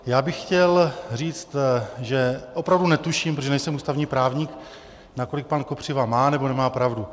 Já bych chtěl říct, že opravdu netuším, protože nejsem ústavní právník, nakolik pan Kopřiva má nebo nemá pravdu.